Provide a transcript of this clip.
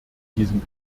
diesem